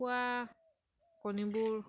কুকুৰা কণীবোৰ